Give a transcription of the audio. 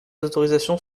autorisations